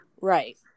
right